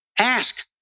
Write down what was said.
Ask